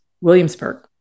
williamsburg